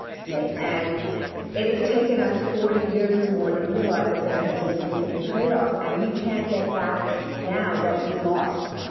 and it has taken us forty years or more to realize that there have been significant trade-offs. and we can't get back now what we lost.